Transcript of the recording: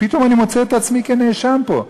ופתאום אני מוצא את עצמי כנאשם פה.